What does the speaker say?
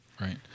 Right